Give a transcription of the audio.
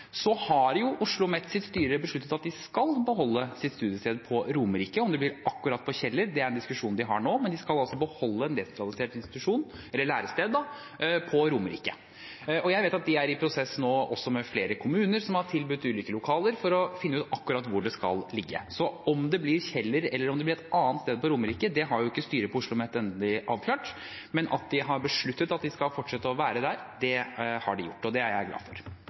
har jo besluttet at de skal beholde sitt studiested på Romerike. Om det blir akkurat på Kjeller, er en diskusjon de har nå, men de skal altså beholde et desentralisert lærested på Romerike. Jeg vet at de nå er i en prosess med flere kommuner som har tilbudt flere lokaler, for å finne ut akkurat hvor det skal ligge. Så om det blir Kjeller, eller om det blir et annet sted på Romerike, det har ikke styret til Oslomet endelig avklart, men de har besluttet at de skal fortsette å være der, og det er jeg glad for. Veien videre for Kjeller blir sannsynligvis besluttet i styremøtet i mai, og Senterpartiet er